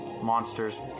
monsters